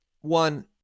one